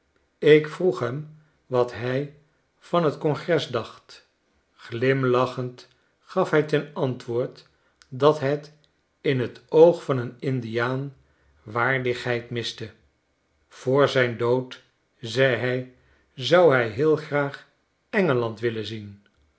ik vroeg hem wat hij van tcongres dacht glimlachend gaf hij ten antwoord dat het in t oog van een indiaan waardigheid miste voor zijn dood zei hij zou hij heel graag e